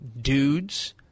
dudes